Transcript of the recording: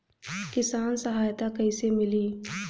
किसान सहायता कईसे मिली?